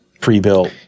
pre-built